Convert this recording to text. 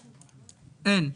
אין.